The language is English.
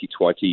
2020